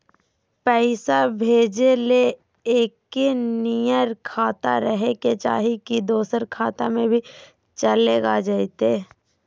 पैसा भेजे ले एके नियर खाता रहे के चाही की दोसर खाता में भी चलेगा जयते?